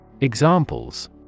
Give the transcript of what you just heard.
Examples